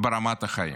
ברמת החיים.